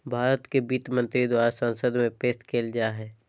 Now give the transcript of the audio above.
भारत के वित्त मंत्री द्वारा संसद में पेश कइल जा हइ